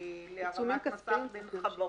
להרמת מסמך בין חברות.